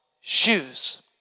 shoes